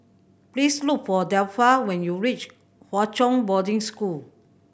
please look for Delpha when you reach Hwa Chong Boarding School